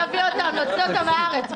נוציא אותם מהארץ,